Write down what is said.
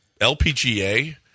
LPGA